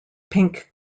pink